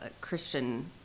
Christian